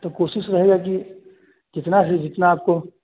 तो कोशिश रहेगा कि कितना भी जितना आपको